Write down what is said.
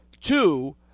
Two